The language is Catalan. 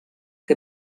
que